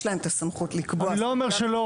יש להם את הסמכות לקבוע סטנדרטים --- אני לא אומר שלא,